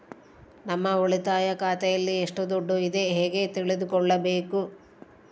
ನಮ್ಮ ಉಳಿತಾಯ ಖಾತೆಯಲ್ಲಿ ಎಷ್ಟು ದುಡ್ಡು ಇದೆ ಹೇಗೆ ತಿಳಿದುಕೊಳ್ಳಬೇಕು?